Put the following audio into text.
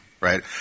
right